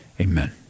amen